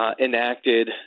enacted